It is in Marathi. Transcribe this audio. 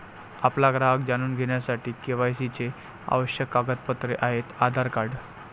आपला ग्राहक जाणून घेण्यासाठी के.वाय.सी चे आवश्यक कागदपत्रे आहेत आधार कार्ड